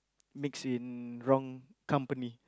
mix in wrong company